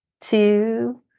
two